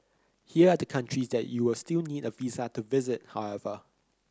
here are the countries that you'll still need a visa to visit however